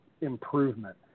improvement